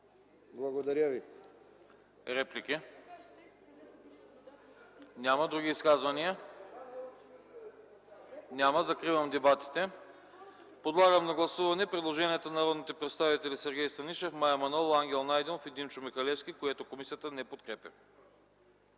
АНАСТАСОВ: Реплики? Няма. Други изказвания? Няма. Закривам дебатите. Подлагам на гласуване предложението на народните представители Сергей Станишев, Мая Манолова, Ангел Найденов и Димчо Михалевски, което комисията не подкрепя.